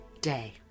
day